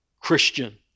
Christian